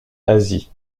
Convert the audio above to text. asie